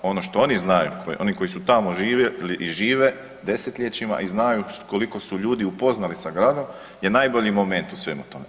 Ono što oni znaju, oni koji su tamo živjeli i žive desetljećima i znaju koliko su ljudi upoznati sa gradom je najbolji moment u svemu tome.